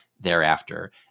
thereafter